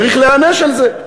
צריך להיענש על זה.